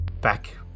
back